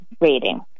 rating